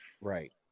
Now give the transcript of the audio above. Right